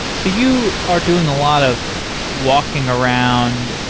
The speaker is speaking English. so you are doing a lot of walking around,